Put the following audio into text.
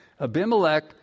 abimelech